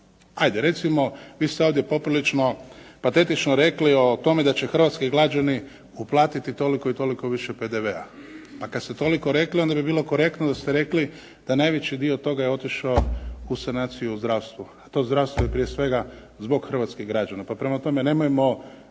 hajde recimo, vi ste ovdje poprilično patetično rekli o tome da će hrvatski građani uplatiti toliko i toliko više PDV-a. Pa kad ste toliko rekli, onda bi bilo korektno da ste rekli da najveći dio toga je otišao u sanaciju u zdravstvu, a to zdravstvo je prije svega zbog hrvatskih građana, pa prema tome nemojmo